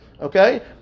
Okay